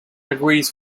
agrees